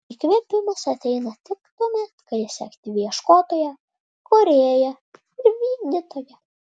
įkvėpimas ateina tik tuomet kai esi aktyvi ieškotoja kūrėja ir vykdytoja